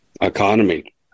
economy